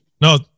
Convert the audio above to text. no